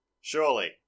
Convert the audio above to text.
Surely